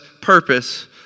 purpose